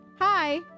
Hi